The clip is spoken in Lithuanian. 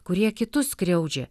kurie kitus skriaudžia